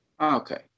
Okay